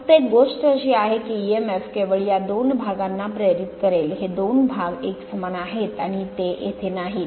फक्त एक गोष्ट अशी आहे की Emf केवळ या दोन भागांना प्रेरित करेल हे दोन भाग एकसमान आहेत आणि ते येथे नाहीत